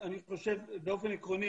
באופן עקרוני,